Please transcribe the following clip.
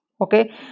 Okay